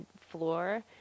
floor